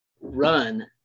run